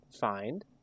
find